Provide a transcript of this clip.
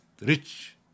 rich